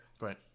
Right